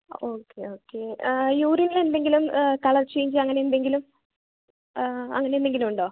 okay okay യൂറിനിൽ എന്തെങ്കിലും colour change അങ്ങനെ എന്തെങ്കിലും അങ്ങനെ എന്തെങ്കിലും ഉണ്ടോ